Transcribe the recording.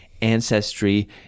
ancestry